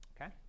Okay